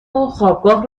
وخوابگاه